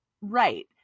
right